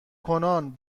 کنان